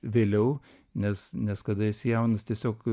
vėliau nes nes kada esi jaunas tiesiog